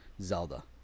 Zelda